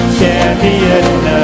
champion